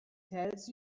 tells